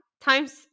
Time's